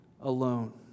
alone